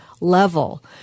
level